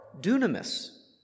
dunamis